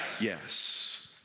Yes